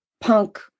punk